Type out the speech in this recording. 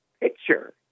picture